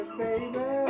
baby